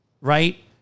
right